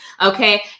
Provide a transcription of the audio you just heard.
Okay